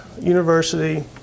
university